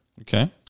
Okay